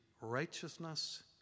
righteousness